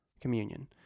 communion